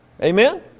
Amen